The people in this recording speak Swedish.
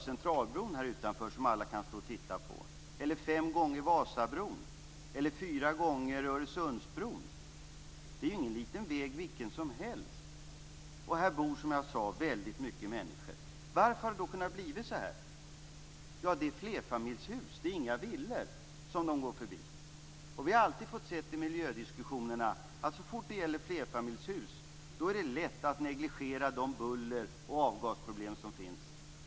Centralbron här utanför som alla kan stå och titta på, eller fem gånger trafikmängden på Vasabron, eller fyra gånger trafikmängden på Öresundsbron. Det är ingen liten väg vilken som helst. Och här bor, som jag sade, väldigt många människor. Varför har det kunnat bli på detta sätt? Jo, här är det flerfamiljshus, inte villor, som trafiken passerar. Vi har i miljödiskussionerna alltid fått höra att så fort det gäller flerfamiljshus är det lätt att negligera det buller och de avgasproblem som finns.